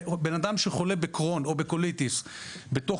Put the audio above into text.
בן-אדם שחולה בקרוהן או בקוליטיס בתוך